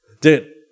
dude